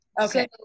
okay